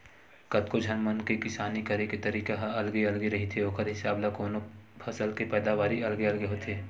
कतको झन मन के किसानी करे के तरीका ह अलगे अलगे रहिथे ओखर हिसाब ल कोनो फसल के पैदावारी अलगे अलगे होथे